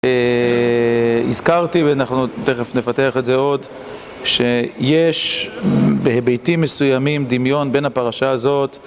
אהה הזכרתי, ותכף נפתח את זה עוד, שיש בהיבטים מסוימים, דמיון בין הפרשה הזאת